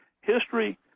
history